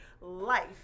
life